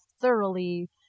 thoroughly